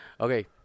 Okay